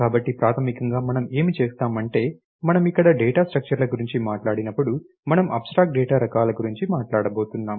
కాబట్టి ప్రాథమికంగా మనం ఏమి చేస్తాం అంటే మనం ఇక్కడ డేటా స్ట్రక్చర్ల గురించి మాట్లాడినప్పుడు మనం అబ్స్ట్రాక్ట్ డేటా రకాల గురించి మాట్లాడబోతున్నాం